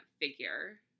figure